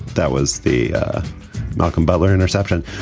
that was the malcolm butler interception.